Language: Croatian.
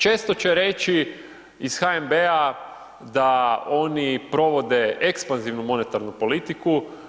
Često će reći iz HNB-a da oni provode ekspanzivnu monetarnu politiku.